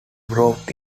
growth